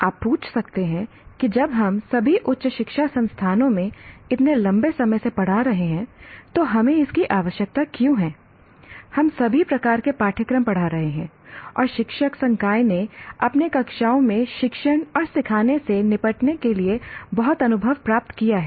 आप पूछ सकते हैं कि जब हम सभी उच्च शिक्षा संस्थानों में इतने लंबे समय से पढ़ा रहे हैं तो हमें इसकी आवश्यकता क्यों है हम सभी प्रकार के पाठ्यक्रम पढ़ा रहे हैं और शिक्षक संकाय ने अपने कक्षाओं में शिक्षण और सीखने से निपटने के लिए बहुत अनुभव प्राप्त किया है